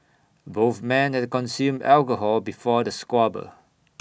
both men had consumed alcohol before the squabble